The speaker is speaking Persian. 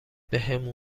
بهمون